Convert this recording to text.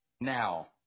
Now